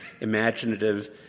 imaginative